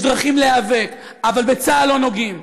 יש דרכים להיאבק, אבל בצה"ל לא נוגעים.